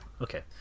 Okay